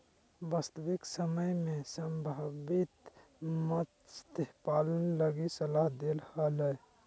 वास्तविक समय में संभावित मत्स्य पालन लगी सलाह दे हले